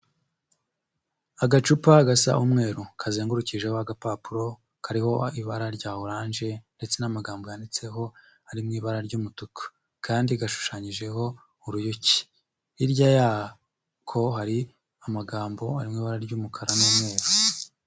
Agacupa gasa umweru, kazengurukijeho agapapuro, kariho ibara rya oranje ndetse n'amagambo yanditseho ari mu ibara ry'umutuku kandi gashushanyijeho uruyuki. Hirya yako hari amagambo ari mu ibara ry'umukara n'umweru.